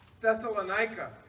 Thessalonica